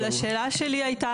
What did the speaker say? אבל השאלה שלי הייתה,